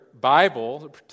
Bible